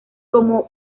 como